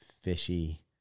fishy